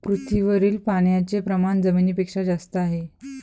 पृथ्वीवरील पाण्याचे प्रमाण जमिनीपेक्षा जास्त आहे